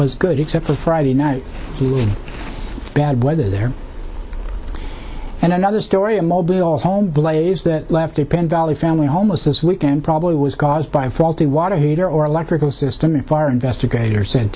was good except for friday night bad weather there and another story a mobile home blaze that left a pin valley family home was this week and probably was caused by a faulty water heater or electrical system and fire investigators said